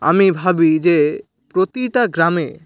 আমি ভাবি যে প্রতিটা গ্রামে